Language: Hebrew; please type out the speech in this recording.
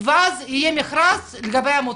ואז יהיה מכרז לגבי העמותות.